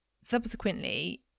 subsequently